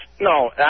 No